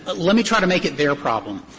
ah let me try to make it their problem.